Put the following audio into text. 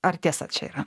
ar tiesa čia yra